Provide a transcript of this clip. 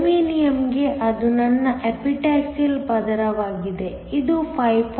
ಜರ್ಮೇನಿಯಂಗೆ ಅದು ನನ್ನ ಎಪಿಟಾಕ್ಸಿಯಲ್ ಪದರವಾಗಿದೆ ಇದು 5